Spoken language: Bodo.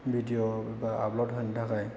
भिडिय' बा आपलड होनो थाखाय